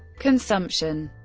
consumption